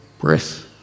breath